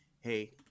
Hey